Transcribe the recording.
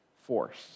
force